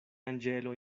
anĝelo